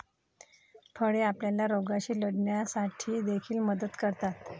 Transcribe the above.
फळे आपल्याला रोगांशी लढण्यासाठी देखील मदत करतात